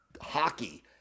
hockey